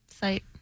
site